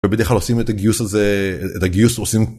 בדרך כלל עושים את הגיוס הזה, את הגיוס עושים.